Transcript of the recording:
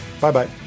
Bye-bye